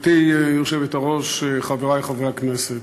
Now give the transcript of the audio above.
גברתי היושבת-ראש, חברי חברי הכנסת,